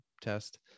test